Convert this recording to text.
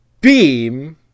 Beam